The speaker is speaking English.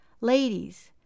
Ladies